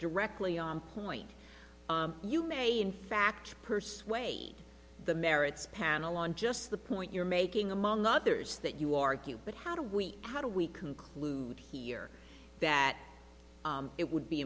directly on point you may in fact persuade the merits panel on just the point you're making among others that you argue but how do we how do we conclude here that it would be